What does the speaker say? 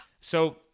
So-